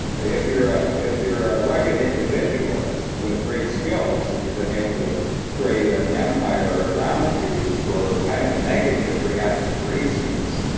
if you're ah if you're a rugged individualist with great skills, then you've been able to create ah an empire around you for kind of negative reactive reasons.